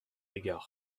égard